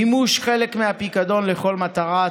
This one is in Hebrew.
(מימוש חלק מהפיקדון לכל מטרה),